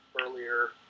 earlier